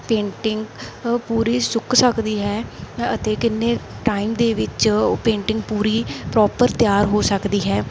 painting ਪੂਰੀ ਸੁੱਕ ਸਕਦੀ ਹੈ ਅਤੇ ਕਿੰਨੇ ਟਾਈਮ ਦੇ ਵਿੱਚ ਉਹ ਪੇਂਟਿੰਗ ਪੂਰੀ ਪ੍ਰੋਪਰ ਤਿਆਰ ਹੋ ਸਕਦੀ ਹੈ